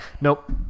Nope